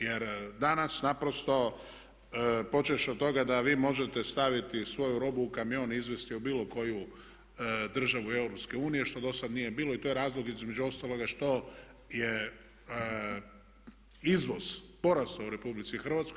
Jer danas naprosto počevši od toga da vi možete staviti svoju robu u kamion i izvesti je u bilo koju državu EU što dosad nije bilo i to je razlog između ostaloga što je izvoz porastao u RH.